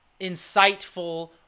insightful